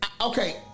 Okay